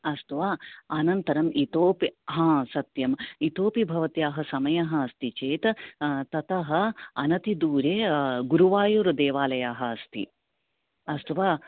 अस्तु वा अनन्तरम् इतोपि सत्यम् इतोपि भवत्याः समयः अस्ति चेत ततः अनतिदूरे गुरुवायुरदेवालयः अस्ति अस्तु वा